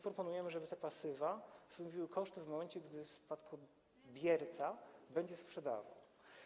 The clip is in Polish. Proponujemy, żeby te pasywa stanowiły koszty w momencie, gdy spadkobierca będzie sprzedawał.